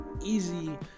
easy